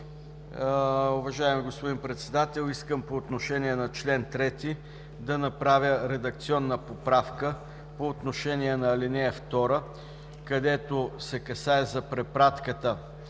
Уважаеми господин Председател, искам по отношение на чл. 3 да направя редакционна поправка по отношение на ал. 2, където се касае за препратката